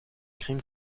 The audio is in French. crime